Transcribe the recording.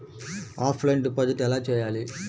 Offline deposit ఎలా చేయాలి?